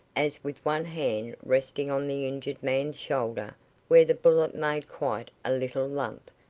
as with one hand resting on the injured man's shoulder where the bullet made quite a little lump,